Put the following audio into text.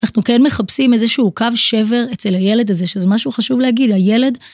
אנחנו כן מחפשים איזשהו קו שבר אצל הילד הזה, שזה משהו חשוב להגיד, הילד...